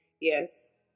Yes